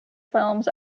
films